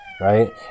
right